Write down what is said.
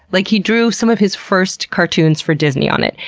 like, he drew some of his first cartoons for disney on it.